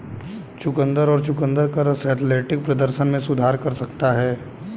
चुकंदर और चुकंदर का रस एथलेटिक प्रदर्शन में सुधार कर सकता है